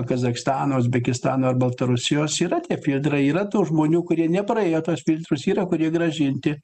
kazachstano uzbekistano ar baltarusijos yra tie filtrai yra tų žmonių kurie nepraėjo tuos filtrus yra kurie grąžinti